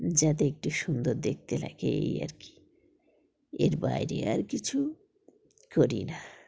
যাতে একটু সুন্দর দেখতে লাগে এই আর কি এর বাইরে আর কিছু করি না